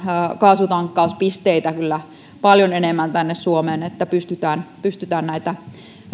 kaasutankkauspisteitä kyllä paljon enemmän tänne suomeen että pystytään pystytään